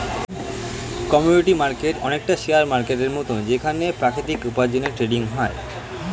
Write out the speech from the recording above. commodity market অনেকটা share মার্কেটের মত যেখানে প্রাকৃতিক উপার্জনের ট্রেডিং হয়